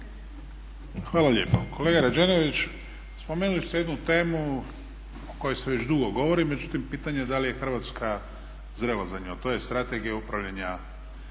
Hvala lijepo. Kolega Rađenović, spomenuli ste jednu temu o kojoj se već dugo govori, međutim pitanje je da li je Hrvatska zrela za nju, a to je Strategija upravljanja